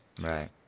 Right